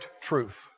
truth